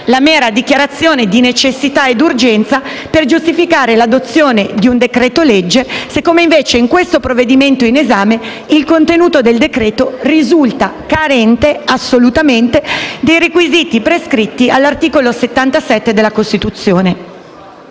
la mera dichiarazione di necessità ed urgenza per giustificare l'adozione di un decreto-legge se come, invece, in questo provvedimento in esame, il contenuto del decreto risulta assolutamente carente dei requisiti prescritti all'articolo 77 della Costituzione.